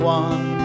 one